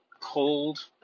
cold